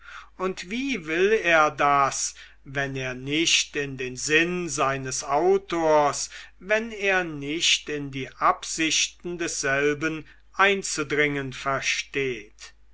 und wie will er das wenn er nicht in den sinn seines autors wenn er nicht in die absichten desselben einzudringen versteht